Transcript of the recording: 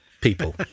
people